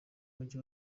mujyi